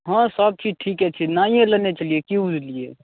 हँ सभचीज ठीके छै नए लेने छलियै की बुझलियै